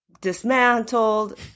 dismantled